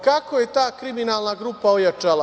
Kako je ta kriminalna grupa ojačala?